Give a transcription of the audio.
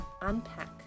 unpack